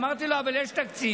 אמרתי לו: אבל יש תקציב.